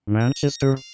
Manchester